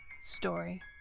story